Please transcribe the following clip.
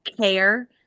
care